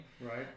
Right